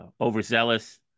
overzealous